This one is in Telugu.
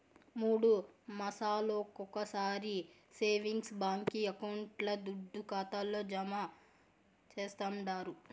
మూడు మాసాలొకొకసారి సేవింగ్స్ బాంకీ అకౌంట్ల దుడ్డు ఖాతాల్లో జమా చేస్తండారు